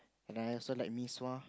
and I also like mee-sua